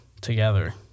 together